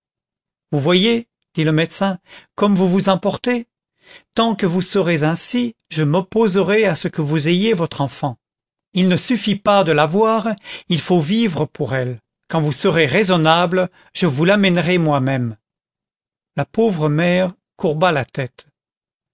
vous voyez dit le médecin comme vous vous emportez tant que vous serez ainsi je m'opposerai à ce que vous ayez votre enfant il ne suffit pas de la voir il faut vivre pour elle quand vous serez raisonnable je vous l'amènerai moi-même la pauvre mère courba la tête